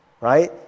right